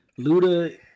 Luda